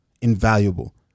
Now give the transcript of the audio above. invaluable